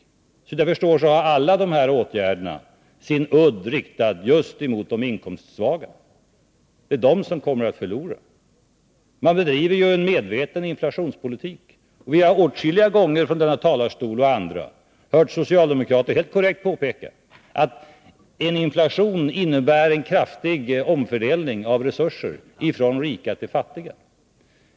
Såvitt jag förstår har alla dessa åtgärder sin udd riktad mot de inkomstsvaga. Det är de som kommer att förlora. Man bedriver ju en medveten inflationspolitik. Vi har åtskilliga gånger från denna talarstol och från andra hört socialdemokrater helt korrekt påpeka att en inflation innebär kraftig omfördelning av resurser från fattiga till rika.